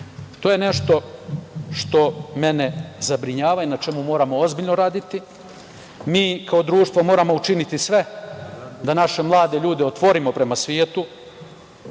To je nešto što mene zabrinjava i na čemu moramo ozbiljno raditi. Mi kao društvo moramo učiniti sve da naše mlade ljude otvorimo prema svetu,